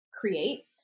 create